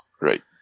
Right